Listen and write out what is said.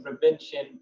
prevention